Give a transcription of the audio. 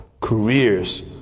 careers